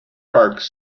parkes